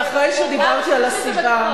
אבל אחרי שדיברתי על הסיבה,